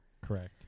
Correct